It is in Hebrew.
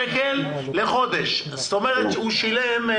זאת אומרת שהוא שילם,